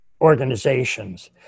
organizations